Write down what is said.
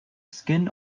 skin